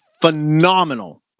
Phenomenal